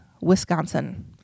Wisconsin